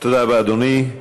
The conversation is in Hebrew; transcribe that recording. תודה רבה, אדוני.